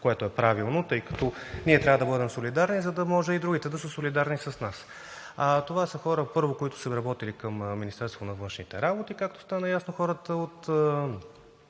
което е правилно, тъй като ние трябва да бъдем солидарни, за да може и другите да са солидарни с нас. Това са хора, първо, които са работили към Министерството на външните работи, както стана ясно, хората от